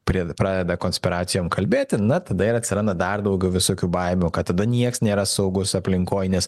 pri pradeda konspiracijom kalbėt ten na tada ir atsiranda dar daugiau visokių baimių kad tada nieks nėra saugus aplinkoj nes